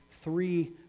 three